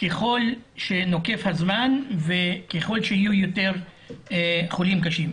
ככל שנוקף הזמן וככל שיהיו יותר חולים קשים.